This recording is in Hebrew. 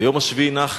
וביום השביעי נח.